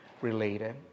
related